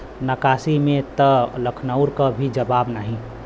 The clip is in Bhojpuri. नक्काशी में त लखनऊ क भी जवाब नाही